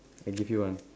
I give you one